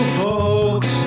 folks